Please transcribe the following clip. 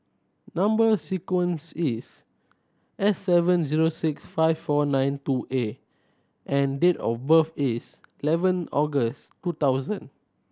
number sequence is S seven zero six five four nine two A and date of birth is eleven August two thousand